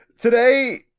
today